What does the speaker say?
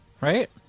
right